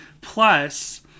Plus